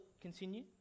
continue